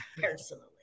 personally